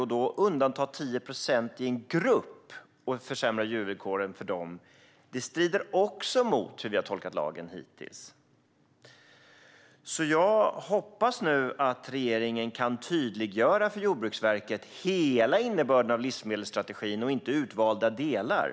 Om man undantar 10 procent i en grupp och ger dem sämre villkor strider det också mot hur vi hittills har tolkat lagen. Jag hoppas nu att regeringen kan tydliggöra hela innebörden av livsmedelsstrategin för Jordbruksverket och inte bara utvalda delar.